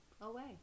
Away